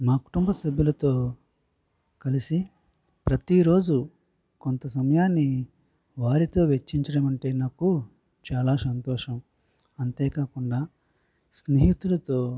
మా కుటుంబ సభ్యులతో కలిసి ప్రతిరోజు కొంత సమయాన్ని వారితో వెచ్చించడం అంటే నాకు చాలా సంతోషం అంతే కాకుండా స్నేహితులతో